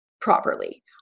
properly